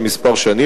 של כמה שנים,